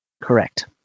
Correct